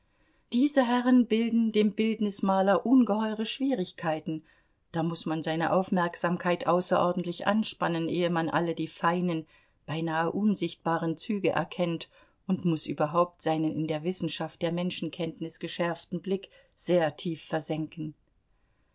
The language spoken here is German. diese herren bilden dem bildnismaler ungeheure schwierigkeiten da muß man seine aufmerksamkeit außerordentlich anspannen ehe man alle die feinen beinahe unsichtbaren züge erkennt und muß überhaupt seinen in der wissenschaft der menschenkenntnis geschärften blick sehr tief versenken